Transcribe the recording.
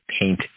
paint